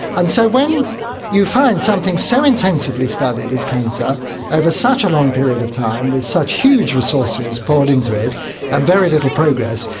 and so when you find something so intensively studied as cancer over such a long period of time with such huge resources poured into it and very little progress,